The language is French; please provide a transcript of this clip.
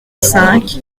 cinq